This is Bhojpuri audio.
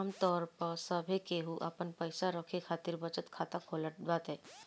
आमतौर पअ सभे केहू आपन पईसा रखे खातिर बचत खाता खोलत बाटे